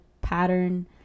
pattern